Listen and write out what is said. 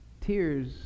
Tears